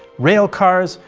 rail cars,